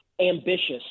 ambitious